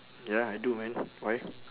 ya I do man why